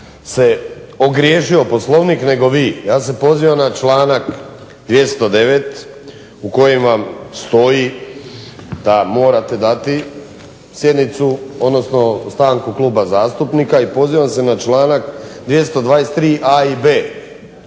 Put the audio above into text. se ogriješio u Poslovnik nego vi. Ja se pozivam na članak 209. u kojem vam stoji da morate dati sjednicu, odnosno stanku kluba zastupnika i pozivam se na članak 223. a i b